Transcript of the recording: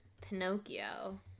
Pinocchio